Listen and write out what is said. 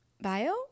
Bio